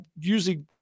usually